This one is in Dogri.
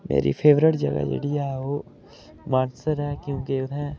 मेरी फैवरट जगह् जेह्ड़ी ऐ जेह्ड़ी ओह् मानसर ऐ क्योंकि उत्थें